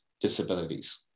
disabilities